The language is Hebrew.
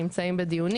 נמצאים בדיונים.